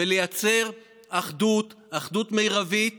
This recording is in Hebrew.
ולייצר אחדות מרבית